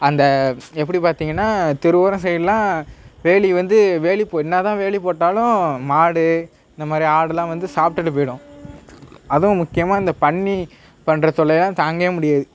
அந்த எப்படி பார்த்தீங்கனா தெருவோரோம் சைடெலாம் வேலி வந்து வேலி இப்போது என்னாதான் வேலிப்போட்டாலும் மாடு இந்த மாதிரி ஆடெலாம் வந்து சாப்பிட்டுட்டு போயிடும் அதுவும் முக்கியமாக இந்த பன்னி பண்ணுற தொல்லையெல்லாம் தாங்கே முடியாது